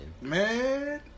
man